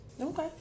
Okay